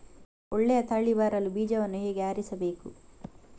ಒಳ್ಳೆಯ ತಳಿ ಬರಲು ಬೀಜವನ್ನು ಹೇಗೆ ಆರಿಸಬೇಕು?